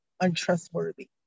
untrustworthy